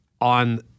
on